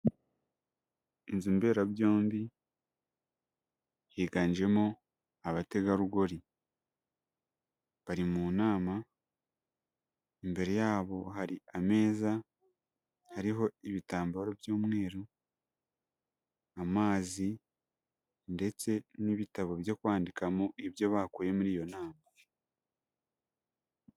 Inzu mberabyombi higanjemo abategarugori bari mu nama imbere yabo hari ameza ariho ibitambaro by'umweru amazi ndetse n'ibitabo byo kwandikamo ibyo bakuye muri iyo nama.